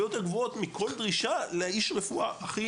יותר גבוהות מכל דרישה לאיש רפואה גם בארץ.